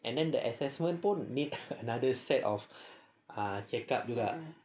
and then the assessment pun need another set of ah check up